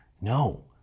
No